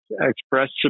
express